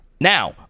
Now